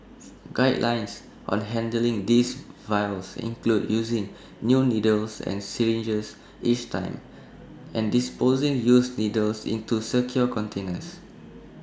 guidelines on handling these vials include using new needles and syringes each time and disposing used needles into secure containers